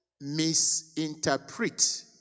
misinterpret